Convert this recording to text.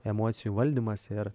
emocijų valdymas ir